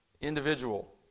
individual